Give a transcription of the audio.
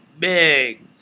Big